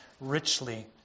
richly